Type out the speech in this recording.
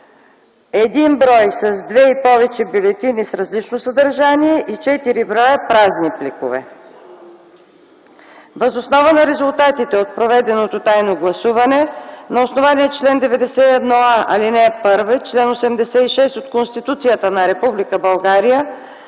– 1 брой с две и повече бюлетини с различно съдържание и 4 броя празни пликове. Въз основа на резултатите от проведеното тайно гласуване на основание чл. 91а, ал. 1 и чл. 86 от Конституцията на